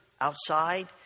outside